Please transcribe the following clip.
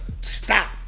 stop